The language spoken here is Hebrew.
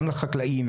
גם לחקלאים,